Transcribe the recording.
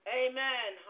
amen